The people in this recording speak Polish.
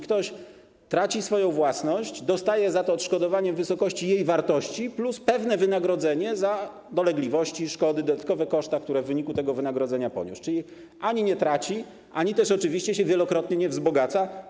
Ktoś traci własność, dostaje za to odszkodowanie w wysokości jej wartości plus pewne wynagrodzenie za dolegliwości, szkody, dodatkowe koszty, które w wyniku tego wywłaszczenia poniósł, czyli ani nie traci, ani też oczywiście się wielokrotnie nie wzbogaca.